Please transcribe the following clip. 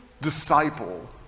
disciple